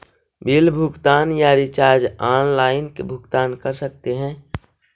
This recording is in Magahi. बिल भुगतान या रिचार्ज आनलाइन भुगतान कर सकते हैं?